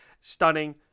stunning